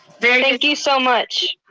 thank you so much.